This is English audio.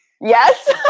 Yes